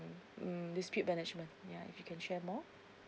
mm dispute management if you can share more